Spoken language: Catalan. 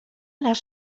les